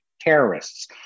terrorists